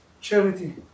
charity